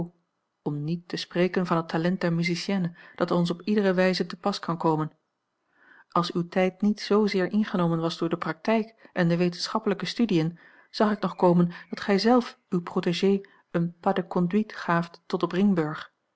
een omweg te spreken van het talent der musicienne dat ons op iedere wijze te pas kan komen als uw tijd niet zzeer ingenomen was door de praktijk en de wetenschappelijke studiën zag ik nog komen dat gij zelf uwe protégée een pas de conduite gaaft tot op ringburg